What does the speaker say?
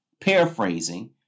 paraphrasing